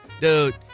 Dude